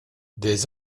des